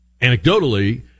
anecdotally